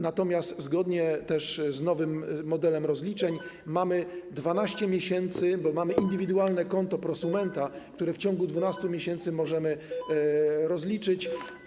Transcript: Natomiast zgodnie też z nowym modelem rozliczeń mamy 12 miesięcy, bo mamy indywidualne konto prosumenta, które w ciągu 12 miesięcy możemy rozliczyć.